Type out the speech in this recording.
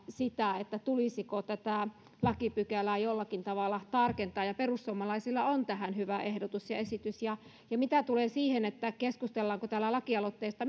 sitä tulisiko tätä lakipykälää jollakin tavalla tarkentaa ja ja perussuomalaisilla on tähän hyvä ehdotus ja esitys mitä tulee siihen keskustellaanko täällä lakialoitteesta